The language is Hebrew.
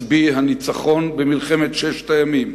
מצביא הניצחון במלחמת ששת הימים.